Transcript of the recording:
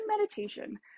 meditation